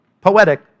poetic